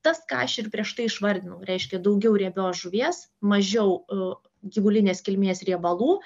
tas ką aš ir prieš tai išvardinau reiškia daugiau riebios žuvies mažiau gyvulinės kilmės riebalų